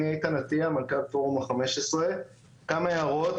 כמה הערות,